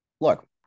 look